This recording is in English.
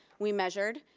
we measured,